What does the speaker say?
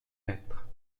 mètres